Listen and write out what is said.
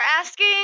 asking